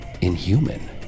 inhuman